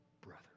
brother